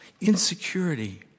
insecurity